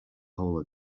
hole